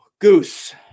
Goose